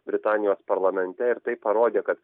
britanijos parlamente ir tai parodė kad